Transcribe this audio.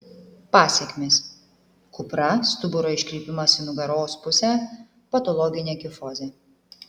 pasekmės kupra stuburo iškrypimas į nugaros pusę patologinė kifozė